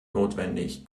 notwendig